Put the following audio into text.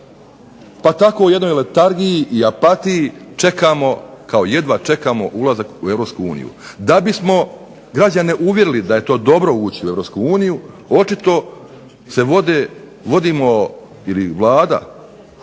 Pa tako u jednoj letargiji i apatiji čekamo kao jedva čekamo ulazak u Europsku uniju. Da bismo građane uvjerili da je dobro ući u Europsku uniju očito se vodimo ili Vlada